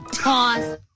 Pause